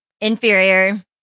inferior